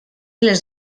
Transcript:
les